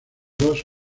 dos